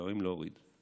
להרים להוריד.